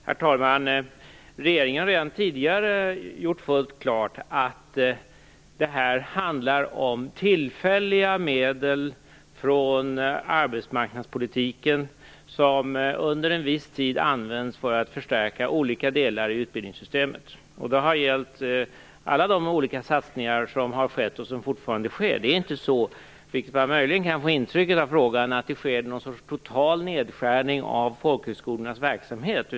Herr talman! Regeringen har redan tidigare gjort fullt klart att det här handlar om tillfälliga arbetsmarknadspolitiska medel som under en viss tid används för att förstärka olika delar i utbildningssytemet. Detsamma har gällt alla de olika satsningar som har skett och som fortfarande sker. Det är inte så, vilket är det intryck som man möjligen kan få av denna fråga, att det sker någon total nedskärning av folkhögskolornas verksamhet.